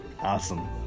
Awesome